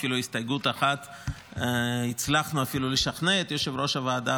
אפילו בהסתייגות אחת הצלחנו לשכנע את יושב-ראש הוועדה,